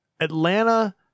Atlanta